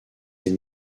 est